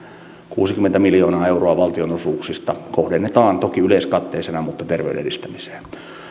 kuusikymmentä miljoonaa euroa valtionosuuksista kohdennetaan toki yleiskatteisena mutta terveyden edistämiseen